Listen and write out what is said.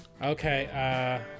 Okay